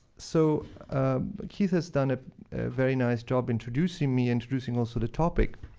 so keith has done a very nice job introducing me, introducing, also, the topic,